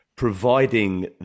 providing